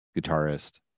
guitarist